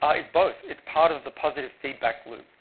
ah it's both. it's part of the positive feedback loop.